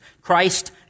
Christ